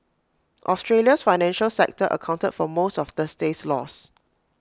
Australia's financial sector accounted for most of Thursday's loss